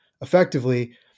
effectively